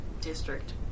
district